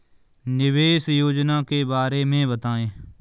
निवेश योजना के बारे में बताएँ?